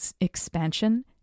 expansion